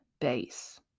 base